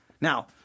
Now